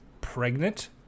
pregnant